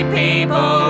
people